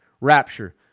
rapture